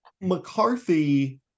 McCarthy